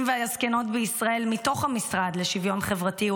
והזקנות בישראל מתוך המשרד לשוויון חברתי.